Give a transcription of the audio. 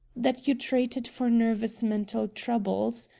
that you treated for nervous mental troubles.